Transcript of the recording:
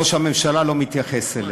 ראש הממשלה לא מתייחס אליהם.